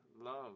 love